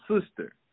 sister